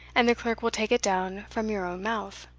and the clerk will take it down from your own mouth.